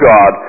God